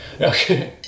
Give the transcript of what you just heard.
Okay